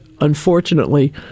unfortunately